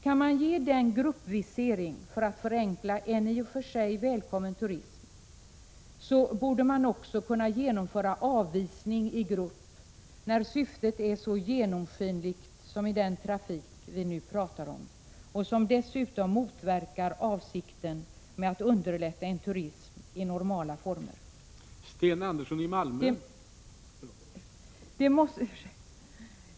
Kan man medge gruppvisering för att förenkla en i och för sig välkommen turism, borde man också kunna genomföra avvisning i grupp, när syftet är så genomskinligt som i den trafik vi nu talar om — en trafik som dessutom motverkar avsikten att underlätta en turism i normala former.